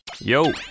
Yo